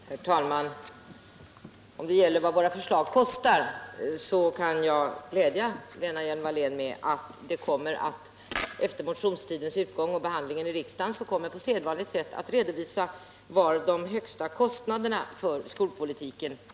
Herr talman! Om det gäller vad våra förslag kostar, så kan jag glädja Lena Hjelm-Wallén med att det efter motionstidens utgång och efter ärendenas behandling i utskott på sedvanligt sätt kommer att visa sig vilket parti som svarar för de högsta kostnaderna för skolpolitiken.